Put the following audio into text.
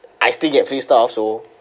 I still get free stuff so